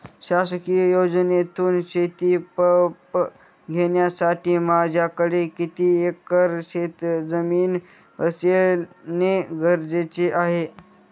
शासकीय योजनेतून शेतीपंप घेण्यासाठी माझ्याकडे किती एकर शेतजमीन असणे गरजेचे आहे?